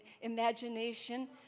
imagination